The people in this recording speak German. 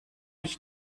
ich